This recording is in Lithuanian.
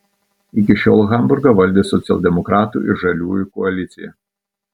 iki šiol hamburgą valdė socialdemokratų ir žaliųjų koalicija